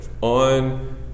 on